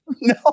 No